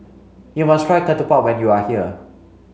you must try Ketupat when you are here